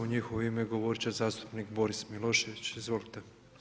U njihovo ime govorit će zastupnik Boris Milošević, izvolite.